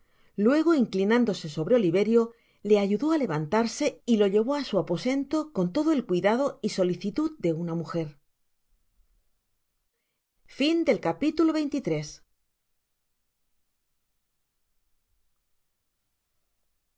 luego inclinándose sobre oliverio le ayudó á levantarse y lo llevo á su aposento con todo el cuidado y solicitud de una muger